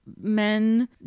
men